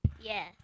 Yes